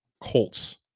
Colts